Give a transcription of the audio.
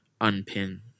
unpin